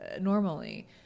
normally